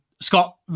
Scott